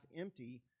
empty